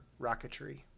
rocketry